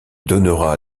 donnera